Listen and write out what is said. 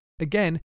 again